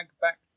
back